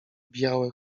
białe